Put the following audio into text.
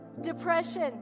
depression